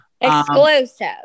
exclusive